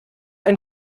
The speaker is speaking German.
ein